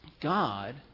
God